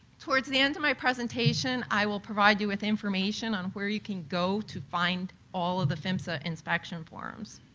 toward the end of my presentation, i will provide you with information on where you can go to find all of the phmsa inspection forms.